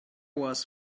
was